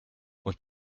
und